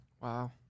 Wow